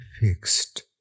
fixed